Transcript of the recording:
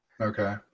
Okay